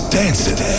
dancing